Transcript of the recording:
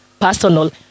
personal